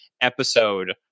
episode